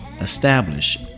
Establish